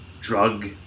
drug